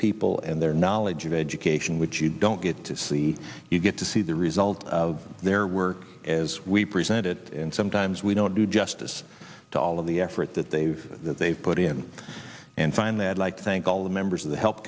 people and their knowledge of education which you don't get to see you get to see the result of their work as we present it and sometimes we don't do justice to all of the effort that they've they've put in and find that like to thank all the members of the help